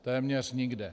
Téměř nikde.